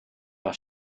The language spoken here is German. war